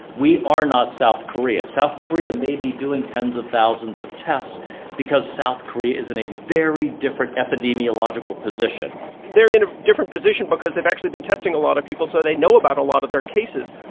we are not south korea. south korea may be doing tens of thousands thousands of tests because south korea is in a very different epidemiological position they're in a different position because they've actually been testing a lot of people, so they know about a lot of their cases.